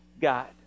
God